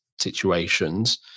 situations